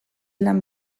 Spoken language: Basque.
lan